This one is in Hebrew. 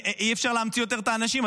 אי-אפשר להמציא יותר את האנשים.